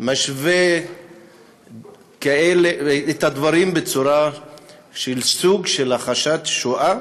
משווה את הדברים, בצורה שהיא סוג של הכחשת שואה